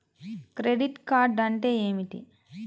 Credit card అంటే ఏమిటి?